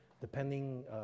depending